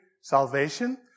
Salvation